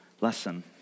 lesson